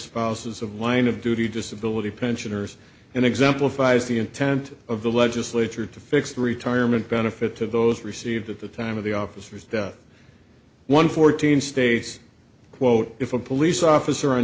spouses of line of duty disability pensioners and exemplifies the intent of the legislature to fix the retirement benefit to those received at the time of the officers one fourteen states quote if a police officer on